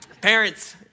Parents